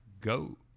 go